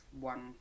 one